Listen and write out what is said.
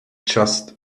just